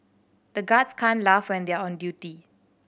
the guards can't laugh when they are on duty